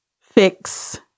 fix